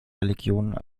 religionen